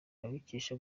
abikesha